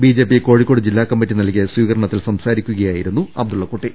BJP Kozhikode ജില്ലാ committee നൽകിയ സ്വീകരണത്തിൽ സംസാരിക്കുകയായിരുന്നു അബ്ദുള്ളക്കുട്ടി